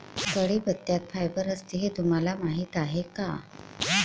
कढीपत्त्यात फायबर असते हे तुम्हाला माहीत आहे का?